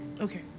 Okay